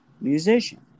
musician